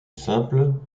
simple